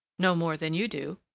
no more than you do,